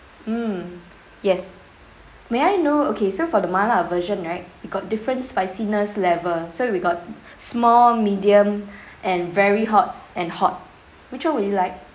mm yes may I know okay so for the mala version right we got different spiciness level so we got small medium and very hot and hot which one would you like